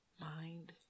Mind